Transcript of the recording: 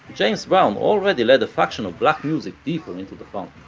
james brown already led a faction of black music deeper into the funk.